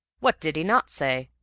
what did he not say!